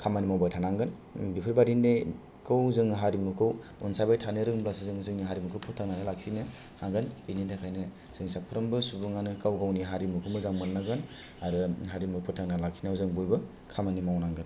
खामानि मावबाय थानांगोन बेफोरबादिनिखौ जों हारिमुखौ अनसायबाय थानो रोंबासो जोङो जोंनि हारिमुखौ फोथांनानै लाखिनो हागोन बिनि थाखायनो जों साफ्रोमबो सुबुंआनो गाव गावनि हारिमुखौ मोजां मोन्नांगोन आरो हारिमु फोथांना लाखिनायाव जों बयबो खामानि मावनांगोन